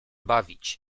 bawić